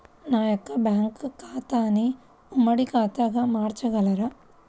నా యొక్క బ్యాంకు ఖాతాని ఉమ్మడి ఖాతాగా మార్చగలరా?